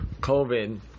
COVID